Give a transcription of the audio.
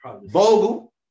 Vogel